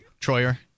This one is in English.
Troyer